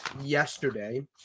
yesterday